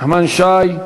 נחמן שי,